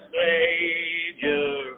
Savior